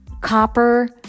copper